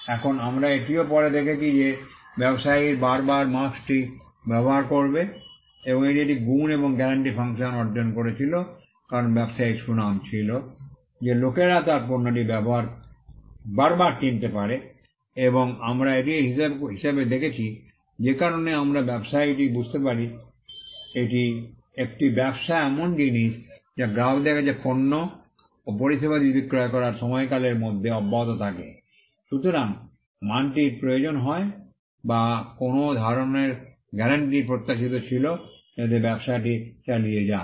এখন আমরা এটিও পরে দেখেছি যে ব্যবসায়ী বারবার মার্ক্স্ টি ব্যবহার করবে এবং এটি একটি গুণ এবং গ্যারান্টি ফাংশন অর্জন করেছিল কারণ ব্যবসায়ীর সুনাম ছিল যে লোকেরা তার পণ্যটি বারবার কিনতে পারে এবং আমরা এটির হিসাবে দেখেছি যে কারণে আমরা ব্যবসায়টি বুঝতে পারি একটি ব্যবসা এমন এক জিনিস যা গ্রাহকদের কাছে পণ্য ও পরিষেবাদি বিক্রয় করার সময়কালের মধ্যে অব্যাহত থাকে সুতরাং মানটির প্রয়োজন হয় বা কোনও ধরণের গ্যারান্টি প্রত্যাশিত ছিল যাতে ব্যবসাটি চালিয়ে যায়